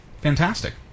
Fantastic